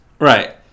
Right